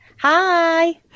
hi